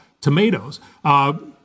tomatoes